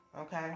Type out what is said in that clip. okay